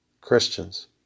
Christians